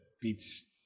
beats